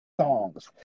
songs